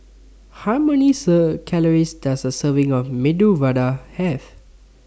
How Many serve Calories Does A Serving of Medu Vada Have